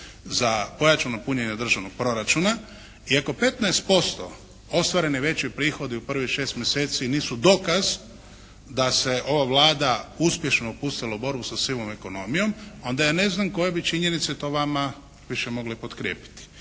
za pojačano punjenje državnog proračuna i ako 15% ostvareni veći prihodi u prvih 6 mjeseci nisu dokaz da se ova Vlada uspješno upustila u borbu sa sivom ekonomijom onda ja ne znam koje bi činjenice to vama više mogle potkrijepiti.